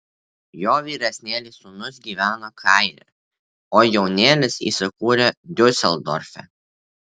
jo vyresnėlis sūnus gyveno kaire o jaunėlis įsikūrė diuseldorfe